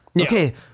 Okay